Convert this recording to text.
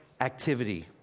activity